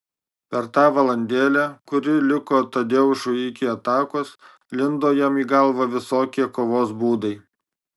per tą valandėlę kuri liko tadeušui iki atakos lindo jam į galvą visokie kovos būdai